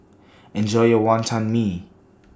Enjoy your Wonton Mee